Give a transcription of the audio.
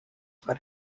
for